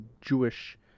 jewish